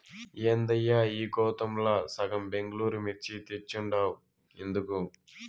ఏందయ్యా ఈ గోతాంల సగం బెంగళూరు మిర్చి తెచ్చుండావు ఎందుకు